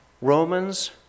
Romans